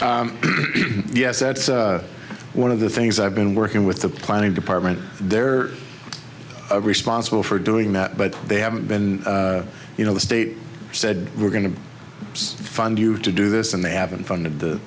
it's one of the things i've been working with the planning department they're responsible for doing that but they haven't been you know the state said we're going to fund you to do this and they haven't funded the